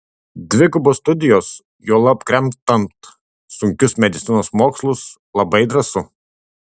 dvigubos studijos juolab kremtant sunkius medicinos mokslus labai drąsu